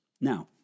Now